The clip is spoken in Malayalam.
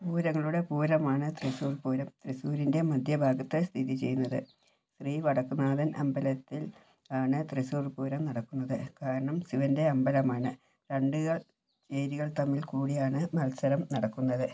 പൂരങ്ങളുടെ പൂരമാണ് തൃശ്ശൂർ പൂരം തൃശ്ശൂരിൻ്റെ മധ്യഭാഗത്ത് സ്ഥിതി ചെയ്യുന്നത് ശ്രീ വടക്കുംനാഥൻ അമ്പലത്തിൽ ആണ് തൃശ്ശൂർ പൂരം നടക്കുന്നത് കാരണം ശിവൻ്റെ അമ്പലമാണ് രണ്ടുകൾ ചേരികൾ തമ്മിൽ കൂടിയാണ് മത്സരം നടക്കുന്നത്